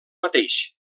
mateix